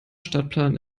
stadtplan